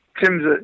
Tim's